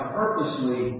purposely